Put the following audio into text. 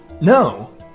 No